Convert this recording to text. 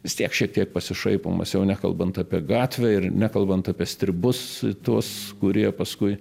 vis tiek šiek tiek pasišaipomas jau nekalbant apie gatvę ir nekalbant apie stribus tuos kurie paskui